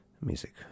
Music